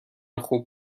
خوب